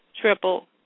triple